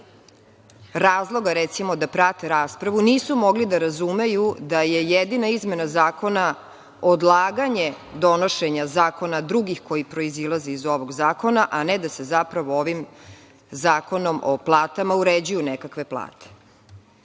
razloga, recimo, da prate raspravu, nisu mogli da razumeju da je jedina izmena zakona odlaganje donošenja drugih zakona koji proizilaze iz ovog zakona, a ne da se zapravo ovim zakonom o platama uređuju nekakve plate. Gotovo